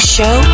Show